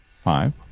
Five